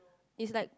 is like